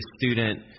student